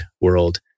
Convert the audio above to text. world